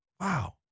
wow